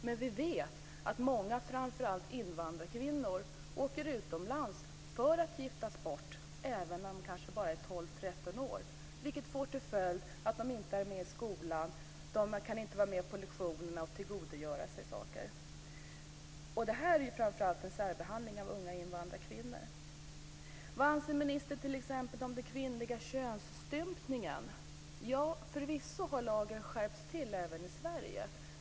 Men vi vet att många, framför allt invandrarkvinnor, åker utomlands för att giftas bort, även om de kanske bara är 12 eller 13 år. Det får till följd att de inte är med i skolan, att de inte kan vara med på lektionerna och tillgodogöra sig saker. Det här är framför allt en särbehandling av unga invandrarkvinnor. · Vad anser ministern t.ex. om kvinnlig könsstympning? Förvisso har lagen skärpts även i Sverige.